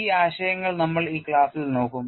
ഈ ആശയങ്ങൾ നമ്മൾ ഈ ക്ലാസ്സിൽ നോക്കും